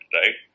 right